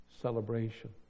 celebration